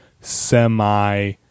semi